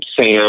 Sam